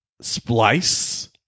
Splice